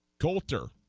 coulter